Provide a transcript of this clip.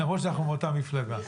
נכון שאנחנו מאותה מפלגה.